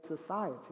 society